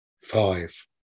Five